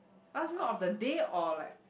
last meal of the day or like